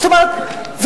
זאת אומרת,